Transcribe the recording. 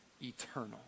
eternal